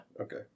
Okay